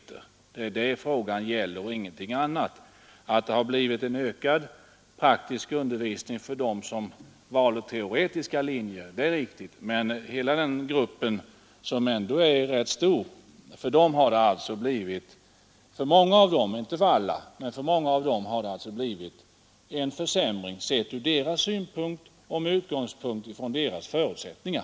Det är det frågan gäller, ingenting annat. Att den praktiska undervisningen har ökat för dem som valde teoretiska linjer är riktigt. Men för många i den ganska stora grupp som tidigare valde praktiska linjer — dock inte för alla — har det blivit en försämring, om man ser det från deras synpunkter och med tanke på deras förutsättningar.